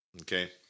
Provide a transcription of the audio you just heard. Okay